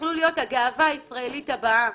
יכולים היו להיות הגאווה הישראלית הבאה.